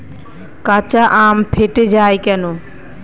কাঁচা আম ফেটে য়ায় কেন?